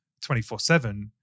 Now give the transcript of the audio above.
24-7